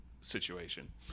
situation